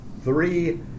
three